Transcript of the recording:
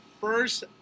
first